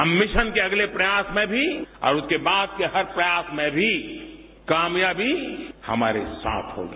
हम मिशन के अगले प्रयास में भी और उसके बाद के हर प्रयास में भी कामयाबी हमारे साथ होगी